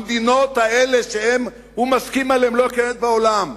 המדינות האלה, שהוא מסכים עליהן, לא קיימות בעולם.